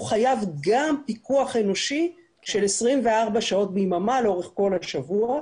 הוא חייב גם פיקוח אנושי של 24 שעות ביממה לאורך כל השבוע.